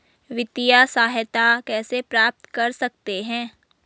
वित्तिय सहायता कैसे प्राप्त कर सकते हैं?